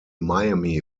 miami